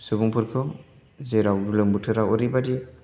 सुबुंफोरखौ जेराव गोलोम बोथोराव ओरैबादि